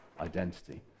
identity